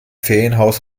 ferienhaus